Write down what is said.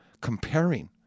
comparing